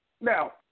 Now